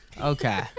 Okay